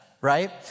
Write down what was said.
Right